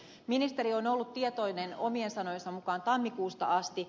ministeri on ollut tietoinen omien sanojensa mukaan tammikuusta asti